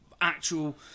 actual